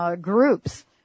groups